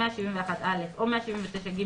171א או 179ג,